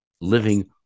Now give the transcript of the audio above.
living